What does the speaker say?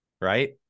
right